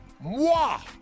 moi